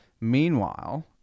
meanwhile